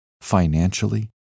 financially